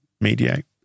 mediate